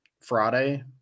Friday